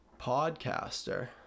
podcaster